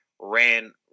ran